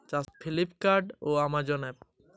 চাষের সরঞ্জাম কিনতে মোবাইল থেকে কোন অ্যাপ ব্যাবহার করব?